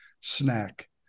snack